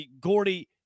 Gordy